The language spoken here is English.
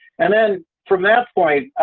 and then from that point